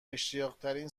اشتیاقترین